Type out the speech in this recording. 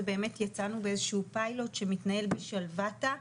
ובאמת יצאנו באיזשהו פיילוט שמתנהל בשלוותה,